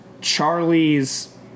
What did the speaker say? Charlie's